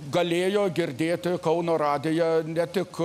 galėjo girdėti kauno radiją ne tik